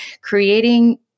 creating